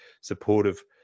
supportive